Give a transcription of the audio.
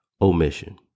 omission